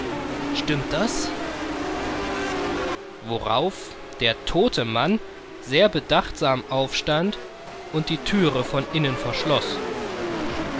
ihnen das woraufhin der tote voller rücksichtnahme aufstand und die tür von innen